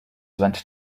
went